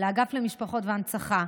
לאגף למשפחות והנצחה,